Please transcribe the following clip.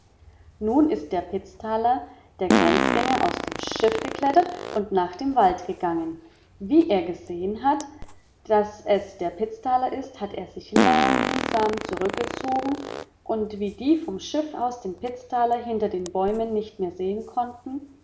nun ist der pitzthaler der grenzjäger aus dem schiff geklettert und nach dem wald gegangen wie er gesehen hat daß es der pitzthaler ist hat er sich langsam zurückgezogen und wie die vom schiff aus den